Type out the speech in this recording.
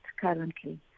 currently